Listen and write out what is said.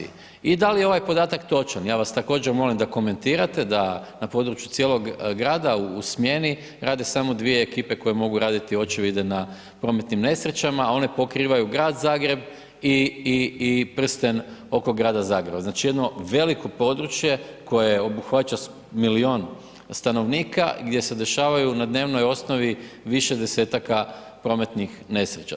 I da li je ovaj podatak točan, ja vas također molim da komentirate da na području cijelog grada u smjeni rade samo dvije ekipe koje mogu raditi očevide na prometnim nesrećama, one pokrivaju Grad Zagreb i prsten oko Grada Zagreba, znači, jedno veliko područje koje obuhvaća milijun stanovnika, gdje se dešavaju na dnevnoj osnovi više desetaka prometnih nesreća.